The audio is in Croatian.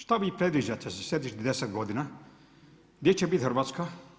Što vi predviđate za sljedećih 10 godina gdje će biti Hrvatska?